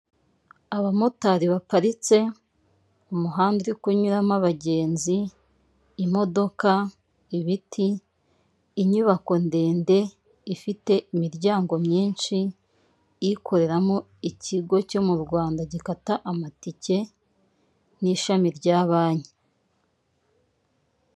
Abamotari baparitse, umuhanda uri kunyuramo abagenzi, imodoka, ibiti, inyubako ndende ifite imiryango myinshi, ikoreramo ikigo cyo mu Rwanda gikata amatike n'ishami rya banki.